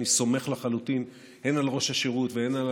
אני סומך לחלוטין הן על ראש השירות והן על